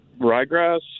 ryegrass